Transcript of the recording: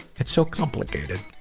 it's so complicated.